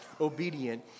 obedient